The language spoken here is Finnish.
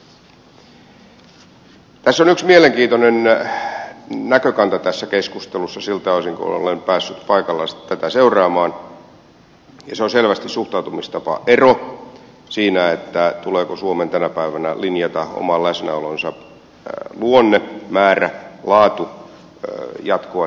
tässä keskustelussa on yksi mielenkiintoinen näkökanta siltä osin kuin olen päässyt paikalla tätä seuraamaan ja se on selvästi suhtautumistapaero siinä tuleeko suomen tänä päivänä linjata oman läsnäolonsa luonne määrä ja laatu jatkoa silmällä pitäen